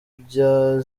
bya